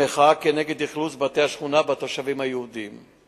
במחאה כנגד אכלוס בתי השכונה בתושבים היהודים.